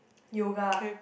yoga